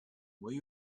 when